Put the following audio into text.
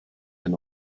can